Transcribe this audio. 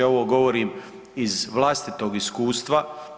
Ovo govorim iz vlastitog iskustva.